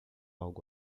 algo